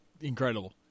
incredible